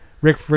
Rick